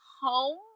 home